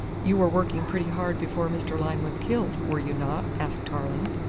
you were working pretty hard before mr. lyne was killed, were you not? asked tarling.